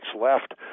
left